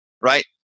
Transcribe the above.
right